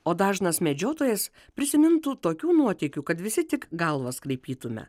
o dažnas medžiotojas prisimintų tokių nuotykių kad visi tik galvas kraipytume